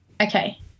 Okay